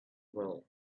well